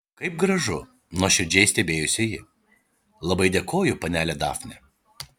kaip gražu nuoširdžiai stebėjosi ji labai dėkoju panele dafne